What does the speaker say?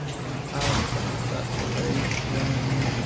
and add some saturation.